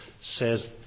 says